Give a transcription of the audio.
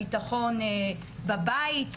הביטחון בבית,